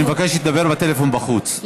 אני מבקש לדבר בטלפון בחוץ.